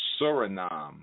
suriname